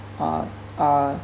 uh are